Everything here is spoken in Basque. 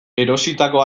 erositako